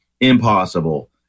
Impossible